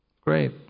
Great